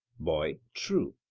boy true.